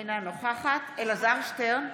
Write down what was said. אינה נוכחת אלעזר שטרן,